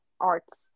arts